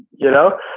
you know,